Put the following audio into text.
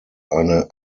eine